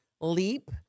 leap